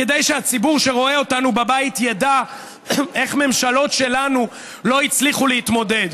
כדי שהציבור שרואה אותנו בבית ידע איך ממשלות שלנו לא הצליחו להתמודד.